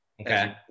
Okay